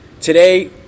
Today